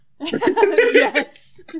Yes